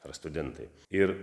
ar studentai ir